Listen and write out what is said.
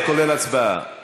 זה כולל הצבעה.